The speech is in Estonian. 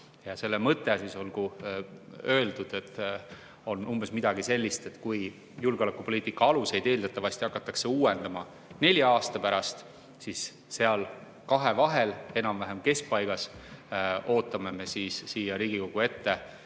Selle mõte, olgu öeldud, on umbes midagi sellist, et kui julgeolekupoliitika aluseid eeldatavasti hakatakse uuendama nelja aasta pärast, siis seal vahel, enam-vähem keskpaigas, ootame siia Riigikogu ette